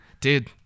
Dude